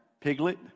Piglet